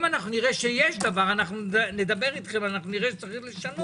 אם נראה שיש דבר, נדבר אתכם, נראה שצריך לשנות,